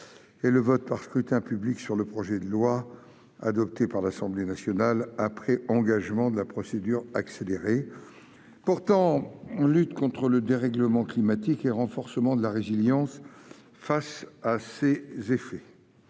et le vote par scrutin public sur le projet de loi, adopté par l'Assemblée nationale après engagement de la procédure accélérée, portant lutte contre le dérèglement climatique et renforcement de la résilience face à ses effets